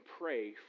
pray